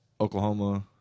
Oklahoma